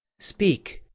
speak,